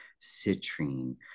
citrine